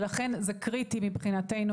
לכן, הנושא הזה קריטי מבחינתנו,